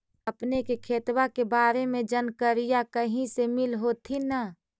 अपने के खेतबा के बारे मे जनकरीया कही से मिल होथिं न?